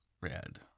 Red